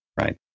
right